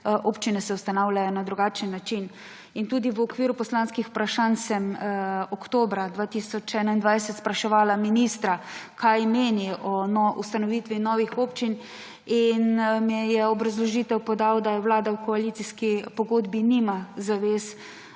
Občine se ustanavljajo na drugačen način. In tudi v okviru poslanskih vprašanj sem oktobra 2021 spraševala ministra, kaj meni o ustanovitvi novih občin. In mi je v obrazložitev podal, da vlada v koalicijski pogodbi nima zavez,